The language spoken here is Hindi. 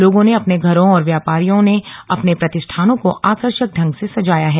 लोगों ने अपने घरों और व्यापारियों ने अपने प्रतिष्ठानों को आकर्षक ढंग से सजाया है